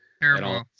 Terrible